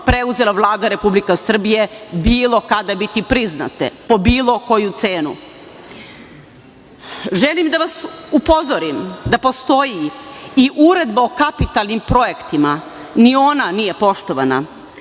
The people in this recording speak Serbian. preuzela Vlada Republike Srbije bilo kada biti priznate, po bilo koju cenu. Želim da vas upozorim da postoji i Uredba o kapitalnim projektima, ni ona nije poštovana.